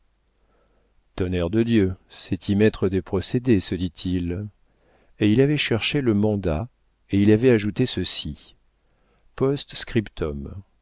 tonnerre de dieu c'est y mettre des procédés se dit-il et il avait cherché le mandat et il avait ajouté ceci p s